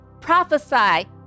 prophesy